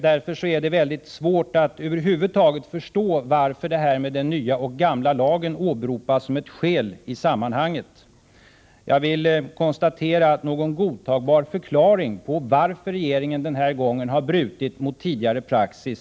Därför är det mycket svårt att över huvud taget förstå varför skillnaderna mellan den nya och den gamla lagen åberopas som ett skäl i sammanhanget. Jag konstaterar att utrikesministern inte har lämnat någon godtagbar förklaring till att regeringen denna gång har brutit mot tidigare praxis.